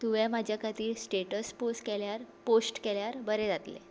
तुवें म्हाजे खातीर स्टेटस पोस्ट केल्यार पोस्ट केल्यार बरें जातलें